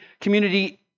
community